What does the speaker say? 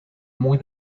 muy